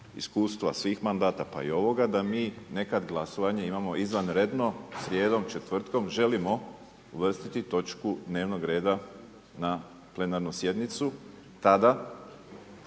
iskustva svih mandata, pa i ovoga da mi nekad glasovanje imamo izvanredno srijedom, četvrtkom, želimo uvrstiti točku dnevnog reda na plenarnu sjednicu. Tada